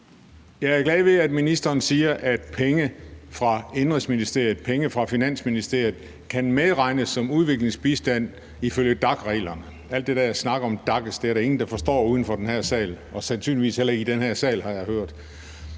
Jeg er glad for, at ministeren siger, at penge fra Indenrigsministeriet, penge fra Finansministeriet kan medregnes som udviklingsbistand ifølge DAC-reglerne. Al den der snak om DAC er der ingen, der forstår, uden for den her sal – og sandsynligvis heller ikke i den her sal, har jeg hørt.